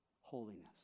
Holiness